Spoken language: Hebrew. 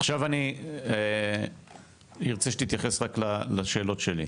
עכשיו אני ארצה שתתייחס רק לשאלות שלי.